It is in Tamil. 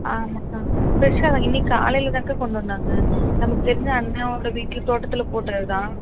ஆமாக்கா ஃப்ரெஷ்ஷாக வாங்கி இன்னைக்கு காலையில்தான்க்கா கொண்டு வந்தாங்க நமக்கு தெரிஞ்ச அண்ணன் அவங்க வீட்டு தோட்டத்தில் போட்டதுதான்